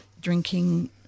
drinking